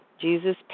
Jesus